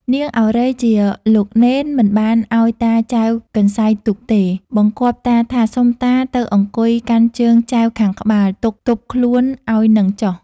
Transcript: នាងឱរ៉ៃ ជាលោកនេន មិនបានឲ្យតាចែវកន្សៃទូកទេ បង្គាប់តាថា " សូមតាទៅអង្គុយកាន់ជើងចែវខាងក្បាល ទូកទប់ខ្លួនឲ្យនឹងចុះ” ។